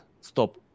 stop